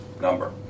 number